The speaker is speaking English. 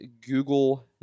Google